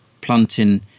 planting